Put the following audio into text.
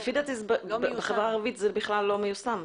לפי דעתי בחברה הערבית זה בכלל לא מיושם.